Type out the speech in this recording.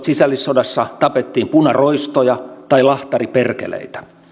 sisällissodassa tapettiin punaroistoja tai lahtariperkeleitä